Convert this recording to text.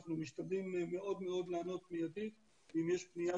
אנחנו משתדלים מאוד מאוד לענות מיידית ואם יש פנייה